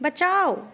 बचाउ